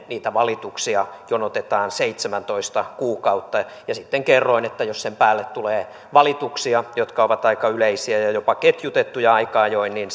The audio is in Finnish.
niitä valituksia jonotetaan seitsemäntoista kuukautta ja sitten kerroin että jos sen päälle tulee valituksia jotka ovat aika yleisiä ja jopa ketjutettuja aika ajoin niin